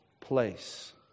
place